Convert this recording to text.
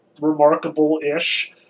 remarkable-ish